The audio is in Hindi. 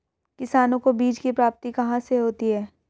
किसानों को बीज की प्राप्ति कहाँ से होती है?